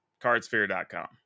cardsphere.com